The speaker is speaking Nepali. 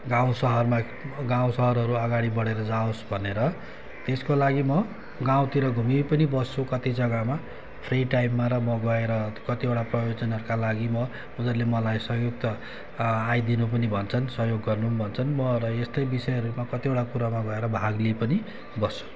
गाउँ सहरमा गाउँसहरहरू अगाडि बढेर जाओस् भनेर त्यसको लागि म गाउँतिर घुमी पनि बस्छु कति जग्गामा फ्री टाइममा र म गएर कतिवटा प्रवचनहरूका लागि म उनीहरूले मलाई संयुक्त आइदिनु पनि भन्छन् सहयोग गर्नु नि भन्छन् म र यस्तै विषयहरूमा कतिवटा कुरामा गएर भाग लिइ पनि बस्छु